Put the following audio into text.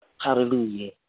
Hallelujah